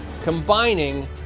combining